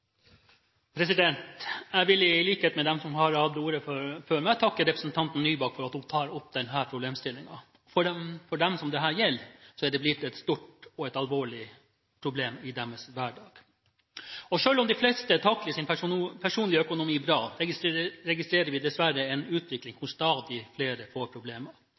Jeg vil, i likhet med de som har hatt ordet før meg, takke representanten Nybakk for at hun tar opp denne problemstillingen. For dem som dette gjelder, er det blitt et stort og alvorlig problem i deres hverdag. Selv om de fleste takler sin personlige økonomi bra, registrerer vi dessverre en utvikling hvor stadig flere får problemer.